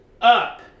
up